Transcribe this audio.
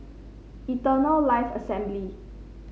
Eternal Life Assembly